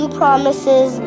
promises